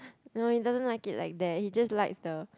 no he doesn't like it like that he just likes the